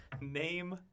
Name